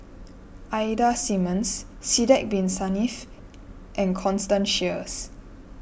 Ida Simmons Sidek Bin Saniff and Constance Sheares